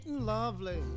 lovely